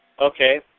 Okay